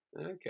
Okay